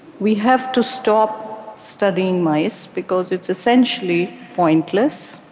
we have to stop studying mice because it's essentially pointless,